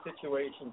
situation